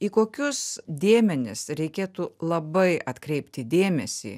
į kokius dėmenis reikėtų labai atkreipti dėmesį